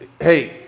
Hey